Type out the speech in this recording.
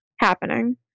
happening